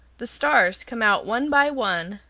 the stars come out one by one,